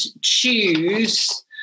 choose